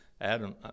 Adam